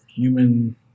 human